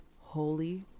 holy